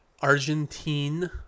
Argentine